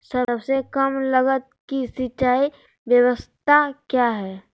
सबसे कम लगत की सिंचाई ब्यास्ता क्या है?